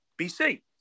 BC